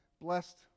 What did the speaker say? blessed